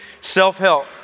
self-help